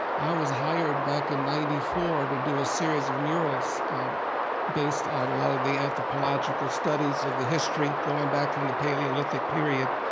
i was hired back in ninety four to do a series of murals based on a lot of the anthropological studies of the history going back from the paleolithic period.